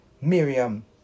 Miriam